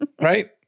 Right